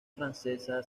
francesa